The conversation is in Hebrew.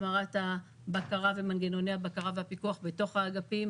החמרת הבקרה ומנגנוני הבקרה והפיקוח בתוך האגפים,